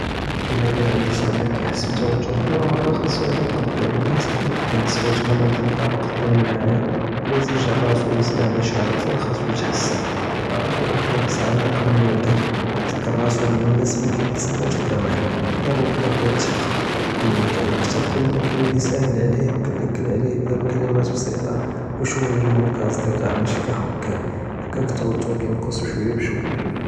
אלא קאן ענדי צדיק קייחס בתווטר כל מרה חסכו יצר קדאם נאס, כנסחו יתמראן פאלדאר ו קדאם אלמראיה, ו ייסג'ל ראסוה ו ייסג'ע באש יערף פין חסכו יתחסן, דרורי יאם נפס עמיק לפני מא יבדא, ו ידכר ראסוה בלי נאס מקיתסנאוש אלכמול, ג'יר אלודוח ו אלת'יקה, כל מה דרב כתר כלמה קיולי סאהל עליו, ו כנקד עליו יבדא בכלאמת בסיטה, ו ישופ אלגומהור כאסדקאא משי כחכאם, האכאכ אלתווטר קיינקס بشוيا بشוيا.